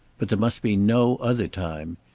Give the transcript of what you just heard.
but there must be no other time.